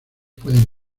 pueden